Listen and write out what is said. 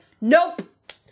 nope